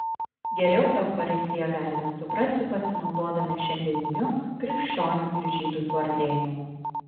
geriau eucharistiją galime suprasti pasinaudodami šiandieniniu krikščionių ir žydų suartėjimu